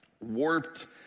warped